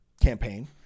campaign